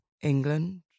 England